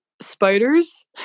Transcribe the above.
Spiders